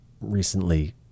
recently